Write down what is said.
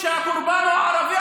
כשהקורבן הוא ערבי,